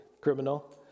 Criminal